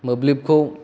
मोब्लिबखौ